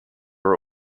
were